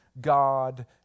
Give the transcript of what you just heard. god